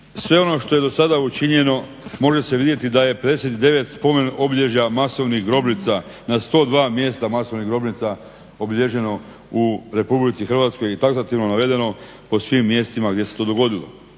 sve ono što je do sada učinjeno može se vidjeti da je 59 spomenobilježja masovnih grobnica na 102 mjesta masovnih grobnica obilježeno u RH i taksativno navedeno po svim mjestima gdje se to dogodilo.